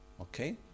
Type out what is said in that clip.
Okay